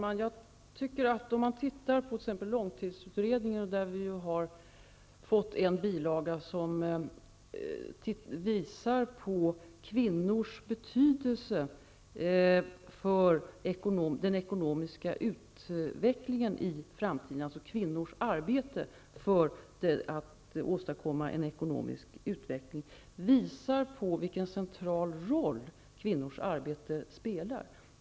Herr talman! Om man studerar t.ex. långstidsutredningens bilaga, som utvisar kvinnors betydelse när det gäller deras arbete för den ekonomiska utvecklingen i framtiden, kan man notera vilken central roll kvinnors arbete spelar.